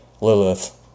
Lilith